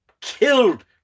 killed